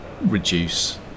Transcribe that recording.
reduce